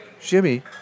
Jimmy